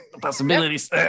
possibilities